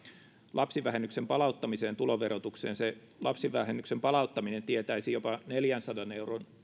lapsivähennyksen palauttamiseen tuloverotukseen se lapsivähennyksen palauttaminen tietäisi jopa neljänsadan euron